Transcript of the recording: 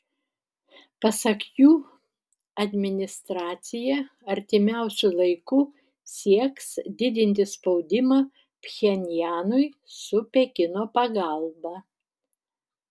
pasak jų administracija artimiausiu laiku sieks didinti spaudimą pchenjanui su pekino pagalba